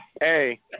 Hey